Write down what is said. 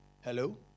Hello